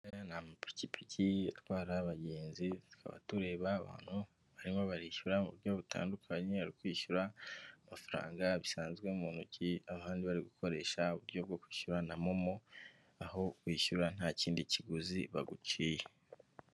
Aya ngaya ni amapikipiki atwara abagenzi tukaba tureba abantu barimo barishyura mu buryo butandukanye, abari kwishyura amafaranga bisanzwe mu ntoki, abandi bari gukoresha uburyo bwo kwishyura na momo aho wishyura nta kindi kiguzi baguciye.